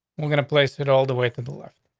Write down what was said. we're gonna place it all the way through the left.